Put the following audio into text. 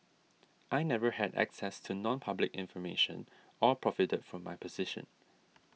I never had access to nonpublic information or profited from my position